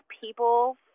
people